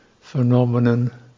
phenomenon